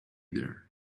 there